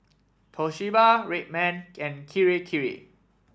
Toshiba Red Man and Kirei Kirei